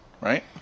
Right